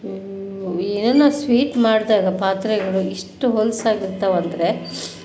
ಏನಾದ್ರೂ ಸ್ವೀಟ್ ಮಾಡಿದಾಗ ಪಾತ್ರೆಗಳು ಇಷ್ಟು ಹೊಲಸಾಗಿರ್ತವಂದ್ರೆ